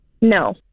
No